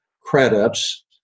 credits